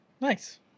Nice